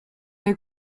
est